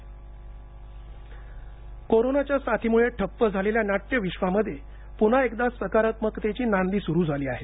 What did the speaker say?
सांगली नाटकदौरा कोरोनाच्या साथीमुळे ठप्प झालेल्या नाट्यविश्वामध्ये पुन्हा एकदा सकारात्मकतेची नांदी सुरू झाली आहे